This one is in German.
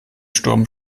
sturm